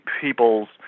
people's